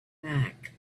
back